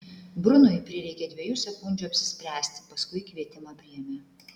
brunui prireikė dviejų sekundžių apsispręsti paskui kvietimą priėmė